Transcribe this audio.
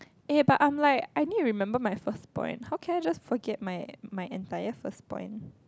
eh but I'm like I need to remember my first point how can I just forget my my entire first point